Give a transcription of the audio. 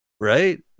right